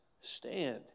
stand